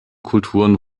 kulturen